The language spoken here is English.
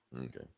Okay